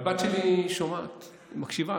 והבת שלי שומעת ומקשיבה.